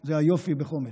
זה היופי בחומש: